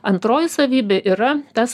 antroji savybė yra tas